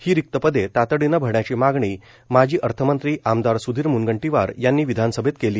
ही रिक्तक पदे तातडीनं भरण्यायची मागणी माजी अर्थमंत्री आमदार सुधीर मुनगंटीवार यांनी विधानसभेत केली